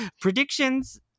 predictions